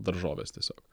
daržovės tiesiog